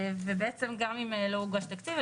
בעצם, גם אם לא הוגש תקציב.